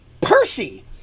Percy